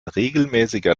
regelmäßiger